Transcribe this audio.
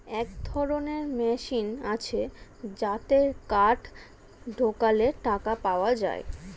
এক ধরনের মেশিন আছে যাতে কার্ড ঢোকালে টাকা পাওয়া যায়